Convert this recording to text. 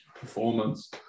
performance